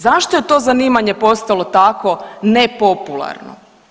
Zašto je to zanimanje postalo tako nepopularno.